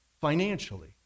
financially